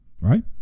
right